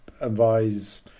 advise